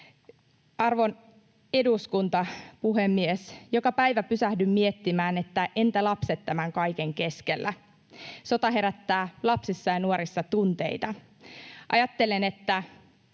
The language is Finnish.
Arvon eduskunta, puhemies! Joka päivä pysähdyn miettimään, että entä lapset tämän kaiken keskellä. Sota herättää lapsissa ja nuorissa tunteita. Ajattelen, että